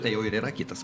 tai jau ir yra kitas